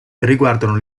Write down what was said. riguardano